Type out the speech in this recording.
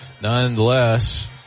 Nonetheless